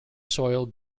soil